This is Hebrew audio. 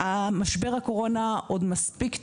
משבר הקורונה עוד מספיק טרי,